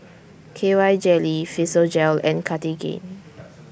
K Y Jelly Physiogel and Cartigain